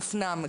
מופנם,